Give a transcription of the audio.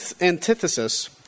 antithesis